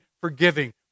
forgiving